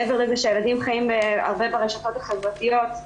מעבר לזה שהילדים חיים הרבה ברשתות החברתיות,